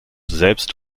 selbst